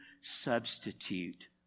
substitute